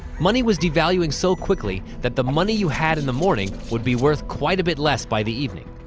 money was devaluing so quickly that the money you had in the morning would be worth quite a bit less by the evening.